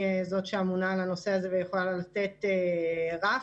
שאמונה על הנושא הזה ויכולה לתת רף.